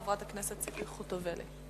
חברת הכנסת ציפי חוטובלי.